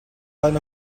one